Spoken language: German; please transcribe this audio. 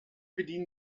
bedienen